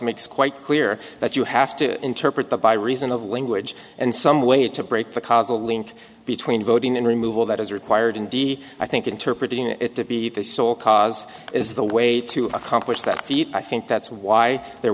makes quite clear that you have to interpret by reason of language and some way to break the causal link between voting and removal that is required in the i think interpret it to be the sole cause is the way to accomplish that feat i think that's why there